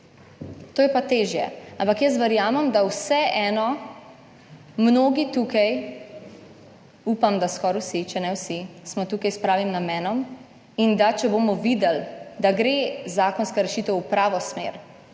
To je pa težje. Ampak jaz verjamem, da vseeno mnogi tukaj upam, da skoraj vsi, če ne vsi, smo tukaj s pravim namenom in da če bomo videli, da gre zakonska rešitev v pravo smer,